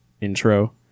intro